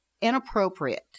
inappropriate